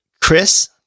Chris